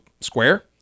square